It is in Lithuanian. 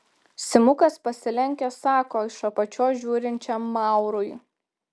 simukas pasilenkęs sako iš apačios žiūrinčiam maurui